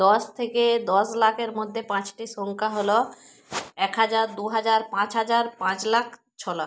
দশ থেকে দশ লাখের মধ্যে পাঁচটি সংখ্যা হলো এক হাজার দুহাজার পাঁচ হাজার পাঁচ লাখ ছ লাখ